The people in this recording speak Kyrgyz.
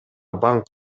банк